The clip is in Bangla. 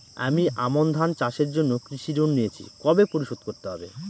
আমি আমন ধান চাষের জন্য কৃষি ঋণ নিয়েছি কবে পরিশোধ করতে হবে?